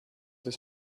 his